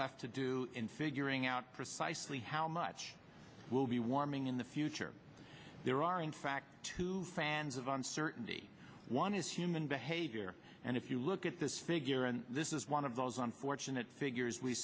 left to do in figuring out precisely how much will be warming in the future there are in fact two fans of uncertainty one is human behavior and if you look at this figure and this is one of those unfortunate figures we